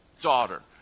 daughter